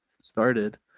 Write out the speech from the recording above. started